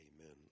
Amen